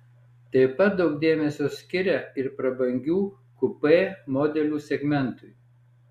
taip pat daug dėmesio skiria ir prabangių kupė modelių segmentui